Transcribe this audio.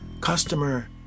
customer